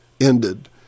ended